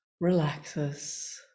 relaxes